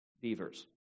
beavers